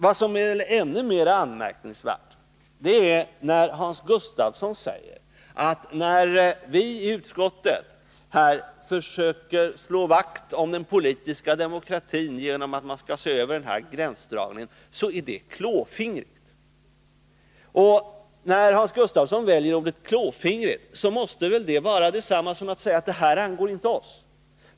Vad som är ännu mer anmärkningsvärt är att Hans Gustafsson säger, att när vi i utskottet försöker slå vakt om den politiska demokratin genom att föreslå en översyn av gränsdragningen, är det klåfingrigt. Och när Hans Gustafsson väljer ordet ”klåfingrigt” måste det vara detsamma som att säga: Det här angår inte oss.